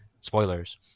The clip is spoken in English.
spoilers